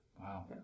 Wow